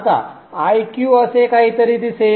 आता Iq असे काहीतरी दिसेल